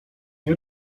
nie